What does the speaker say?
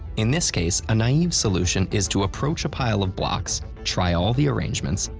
in this case, a naive solution is to approach a pile of blocks, try all the arrangements,